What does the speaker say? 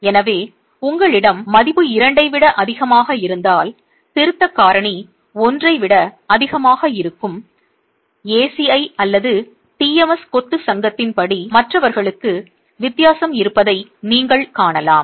எனவே உங்களிடம் மதிப்பு 2 ஐ விட அதிகமாக இருந்தால் திருத்த காரணி 1 ஐ விட அதிகமாக இருக்கும் ACI அல்லது TMS கொத்து சங்கத்தின் படி மற்றவர்களுக்கு வித்தியாசம் இருப்பதை நீங்கள் காணலாம்